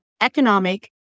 economic